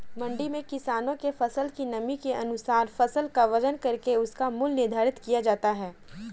मंडी में किसानों के फसल की नमी के अनुसार फसल का वजन करके उसका मूल्य निर्धारित किया जाता है